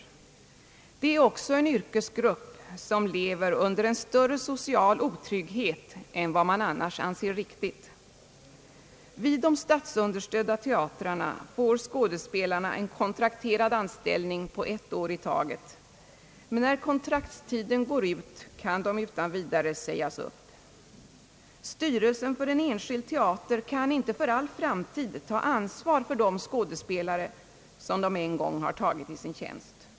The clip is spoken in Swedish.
Skådespelarna är också en yrkesgrupp som lever under en större social otrygghet än vad man annars anser riktigt. Vid de statsunderstödda teatrarna får skådespelarna en kontrakterad anställning på ett år i taget, men när kontraktstiden går ut kan de utan vidare sägas upp. Styrelsen för en enskild teater kan inte för all framtid ta ansvar för de skådespelare som den en gång tagit i sin tjänst.